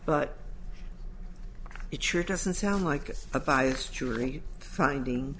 but it sure doesn't sound like a biased jury finding